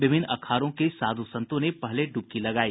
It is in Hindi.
विभिन्न अखाड़ों के साधु संतों ने पहले डुबकी लगाई